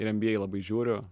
ir nba labai žiūriu